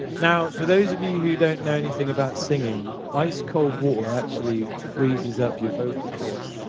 now, for those of you who don't know anything about singing, ice cold water actually freezes up your vocal chords,